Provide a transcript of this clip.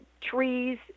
trees